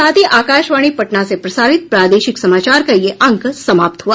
इसके साथ ही आकाशवाणी पटना से प्रसारित प्रादेशिक समाचार का ये अंक समाप्त हुआ